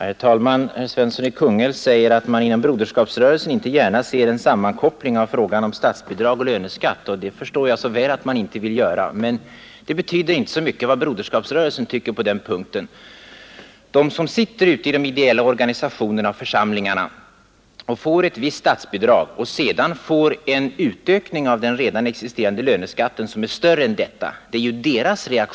Herr talman! Herr Svensson i Kungälv säger att man inom broderskapsrörelsen inte gärna ser en sammankoppling av frågan om statsbidrag och löneskatt. Det förstår jag så väl, men det betyder inte så mycket vad broderskapsrörelsen tycker på den punkten. Vad som är intressant är reaktionen hos medlemmarna i de ideella organisationer och församlingar som får ett visst statsbidrag men sedan får en utökning av den redan existerande löneskatten som är större än bidraget.